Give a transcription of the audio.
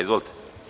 Izvolite.